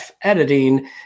editing